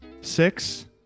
six